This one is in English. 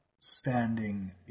standing